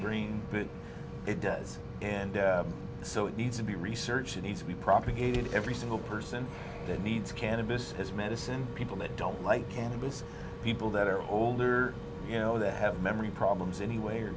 brain but it does and so it needs to be researched it needs to be propagated every single person that needs cannabis has medicine people that don't like cannabis people that are older you know that have memory problems